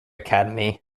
academy